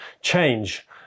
change